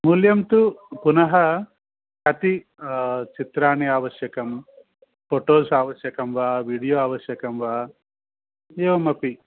मूल्यं तु पुनः कति चित्राणि आवश्यकं फ़ोटोस् आवश्यकं वा वीडियो आवश्यकं वा एवमपि